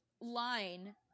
line